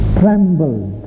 trembled